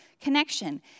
connection